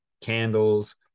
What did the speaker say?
Candles